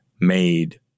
made